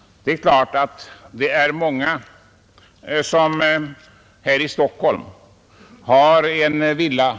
Många statstjänstemän och andra anställda i Stockholm har en villa